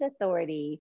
authority